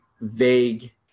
vague